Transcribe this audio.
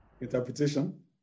interpretation